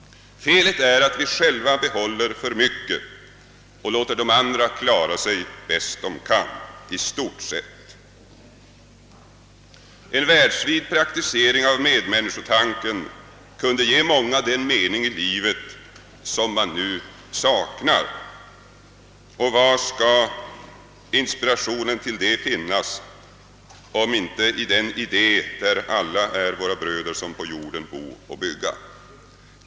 Felet är att vi själva behåller för mycket och låter de andra i stort sett klara sig bäst de kan. En världsvid praktisering av medmänniskotanken kunde ge många den mening i livet som man nu saknar. Var skall inspirationen till detta finnas, om inte i den idé som innebär att alla är våra bröder som på jorden bo och bygga?